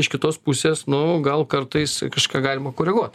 iš kitos pusės nu gal kartais kažką galima koreguot